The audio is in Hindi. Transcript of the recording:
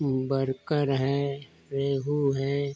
वह बरकर है रेहू है